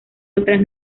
otras